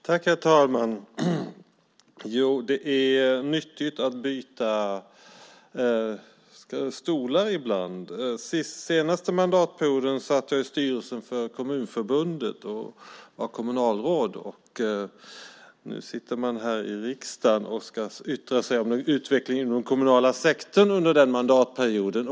Herr talman! Det är nyttigt att byta stolar ibland. Under den senaste mandatperioden satt jag i styrelsen för Kommunförbundet och var kommunalråd. Nu sitter man här i riksdagen och ska yttra sig om utvecklingen inom den kommunala sektorn under den mandatperioden.